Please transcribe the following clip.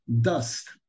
dust